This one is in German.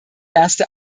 erste